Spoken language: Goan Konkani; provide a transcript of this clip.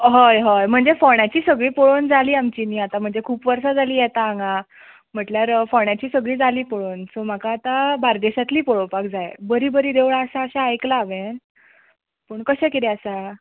हय हय म्हणजे फोंडेची सगळीं पळोवन जाली आमची न्हय आतां म्हणजे खूब वर्सां जाली येता हांगा म्हणल्यार फोंडेचीं सगळीं जाली पळोवन सो म्हाका आतां बार्देसांतली पळोवपाक जाय बरीं बरीं देवळां आसा अशें आयकलां हांवें पूण कशें कितें आसा